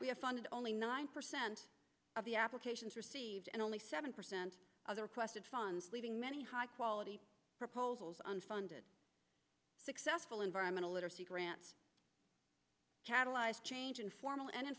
we have funded only nine percent of the applications received and only seven percent of the requested funds leaving many high quality proposals on funded successful environmental literacy grants catalyze change in formal and